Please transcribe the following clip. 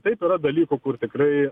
taip yra dalykų kur tikrai